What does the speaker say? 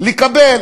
לקבל